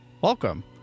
welcome